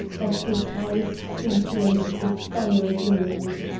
but his eyes scintillated with fiery gleams.